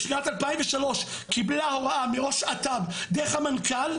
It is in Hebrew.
בשנת 2003 קיבלה הוראה מראש את"ב דרך המנכ"ל,